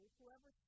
whoever